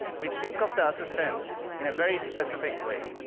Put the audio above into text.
we think of the assistant in a very specific way.